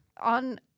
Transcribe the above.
on